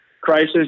crisis